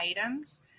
items